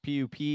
PUP